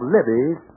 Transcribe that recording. Libby's